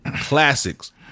classics